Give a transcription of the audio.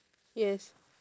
yes